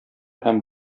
һәм